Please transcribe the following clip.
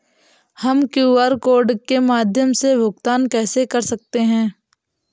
हम QR code के माध्यम से भुगतान कैसे कर सकते हैं?